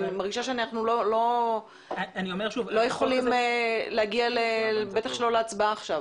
אני מרגישה שאנחנו לא יכולים להגיע להצבעה עכשיו.